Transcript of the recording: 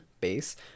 base